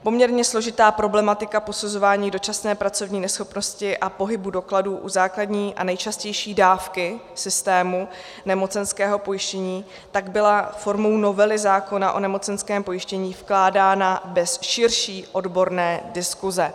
Poměrně složitá problematika posuzování dočasné pracovní neschopnosti a pohybu dokladů u základní a nejčastější dávky systému nemocenského pojištění tak byla formou novely zákona o nemocenském pojištění vkládána bez širší odborné diskuse.